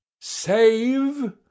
Save